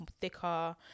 thicker